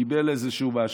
קיבל איזשהו משהו.